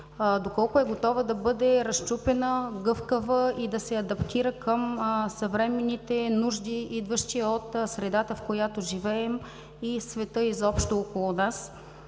характер, да бъде разчупена, гъвкава и да се адаптира към съвременните нужди, идващи от средата, в която живеем и светът изобщо около нас?